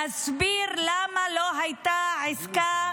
להסביר למה לא הייתה עסקה